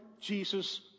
Jesus